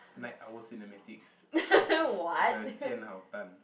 Night-Owl-Cinematics the Jianhao-Tan